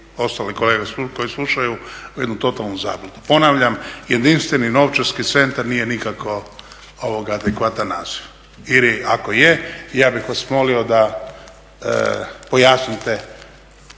ostale kolege koji slušaju u jednu totalnu zabunu. Ponavljam, jedinstveni novčarski centar nije nikako adekvatan naziv. Ili ako je ja bih vas molio da pojasnite